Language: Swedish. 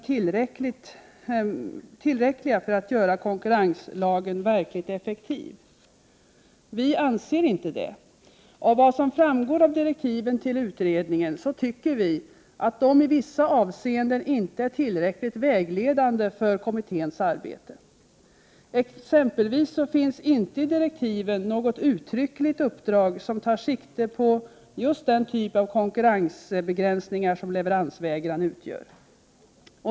Men är direktiven tillräckliga för att göra 1 juni 1989 konkurrenslagen verkligt effektiv? Vi anser inte det. Vi tycker att de i vissa avseenden inte är tillräckligt vägledande för kommitténs arbete. Exempelvis finns i direktiven inte något uttryckligt uppdrag som tar sikte på den typ av konkurrensbegränsning som just leveransvägran utgör.